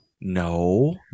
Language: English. No